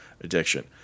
addiction